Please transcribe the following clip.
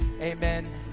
amen